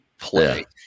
play